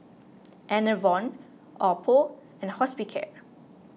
Enervon Oppo and Hospicare